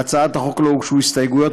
להצעת החוק לא הוגשו הסתייגות,